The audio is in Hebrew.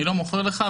אני לא מוכר לך,